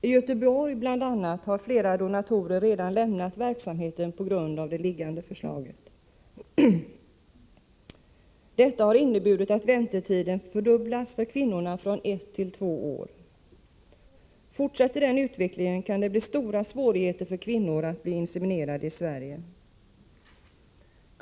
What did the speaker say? I bl.a. Göteborg har flera donatorer redan lämnat verksamheten på grund av det liggande förslaget. Detta har inneburit att väntetiden fördubblats för kvinnorna från ett till två år. Fortsätter den utvecklingen kan det bli stora svårigheter för kvinnor att bli inseminerade i Sverige.